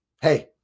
Hey